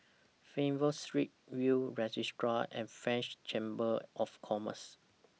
Fernvale Street Will's Registry and French Chamber of Commerce